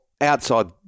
outside